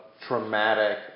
traumatic